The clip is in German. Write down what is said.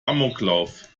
amoklauf